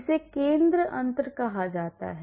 इसे केंद्र अंतर कहा जाता है